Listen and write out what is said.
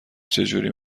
چجوری